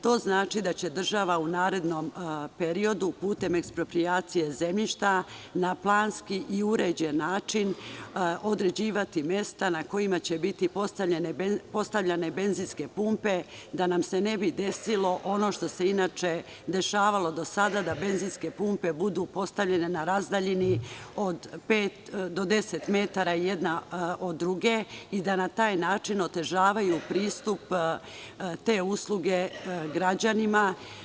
To znači da će država u narednom periodu putem eksproprijacije zemljišta, na planski i uređen način određivati mesta na kojima će biti postavljene benzinske pumpe, da nam se ne bi desilo ono što se inače dešavalo do sada, da benzinske pumpe budu postavljene na razdaljini od pet do deset metara jedna od druge, i da na taj način otežavaju pristup, te usluge građanima.